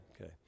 Okay